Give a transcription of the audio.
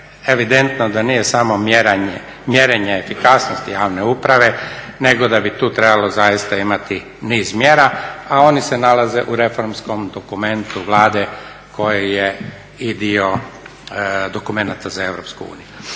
evidentno je da nije samo mjerenje efikasnosti javne uprave nego da bi tu trebalo zaista imati niz mjera, a oni se nalaze u reformskom dokumentu Vlade koji je i dio dokumenata za EU.